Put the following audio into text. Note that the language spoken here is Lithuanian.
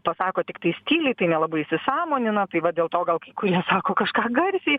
pasako tiktais tyliai tai nelabai įsisąmonina tai va dėl to gal kai kurie sako kažką garsiai